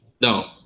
No